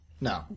No